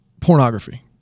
pornography